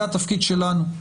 זה התפקיד שלנו.